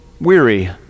weary